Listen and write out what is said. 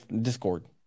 Discord